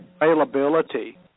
availability